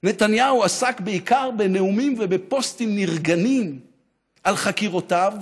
נתניהו עסק בעיקר בנאומים ובפוסטים נרגנים על חקירותיו,